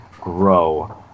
grow